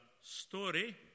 story